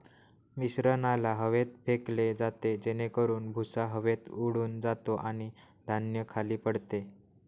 मिश्रणाला हवेत फेकले जाते जेणेकरून भुसा हवेत उडून जातो आणि धान्य खाली पडते